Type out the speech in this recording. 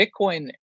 Bitcoin